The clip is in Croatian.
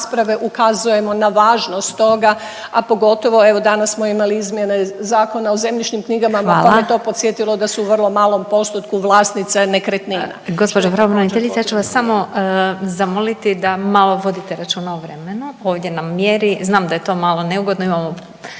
ja ću vas samo zamoliti da malo vodite računa o vremenu. Ovdje nam mjeri, znam da je to malo neugodno,